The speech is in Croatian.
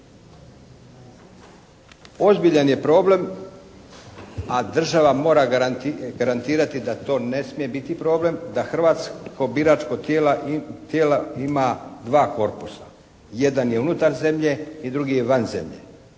Ozbiljan je problem, a država mora garantirati da to ne smije biti problem, da hrvatsko biračko tijelo ima dva korpusa, jedan je unutar zemlje i drugi je van zemlje.